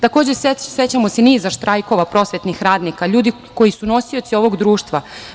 Takođe, sećamo se niza štrajkova prosvetnih radnika, ljudi koji su nosioci ovog društva.